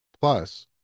Plus